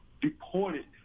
deported